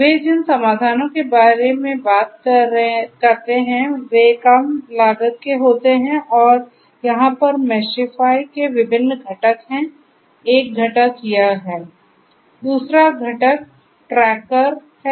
वे जिन समाधानों के बारे में बात करते हैं वे कम लागत के होते हैं और यहाँ पर मशीफई के विभिन्न घटक हैं एक घटक यह है